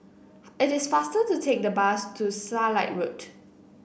it is faster to take the bus to Starlight Road